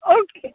okay